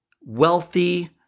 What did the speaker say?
wealthy